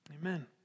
Amen